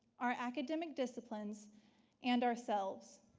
our academic disciplines and ourselves.